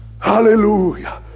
Hallelujah